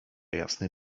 jasny